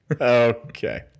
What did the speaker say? Okay